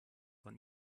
von